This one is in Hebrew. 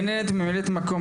כרמית רוטמן, גננת וממלאת מקום